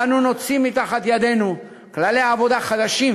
אנו נוציא מתחת ידינו כללי עבודה חדשים